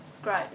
great